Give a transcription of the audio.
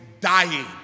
dying